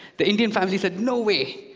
the indian family said, no way!